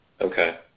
okay